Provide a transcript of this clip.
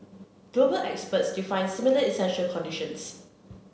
global experts define similar essential conditions